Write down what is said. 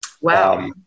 Wow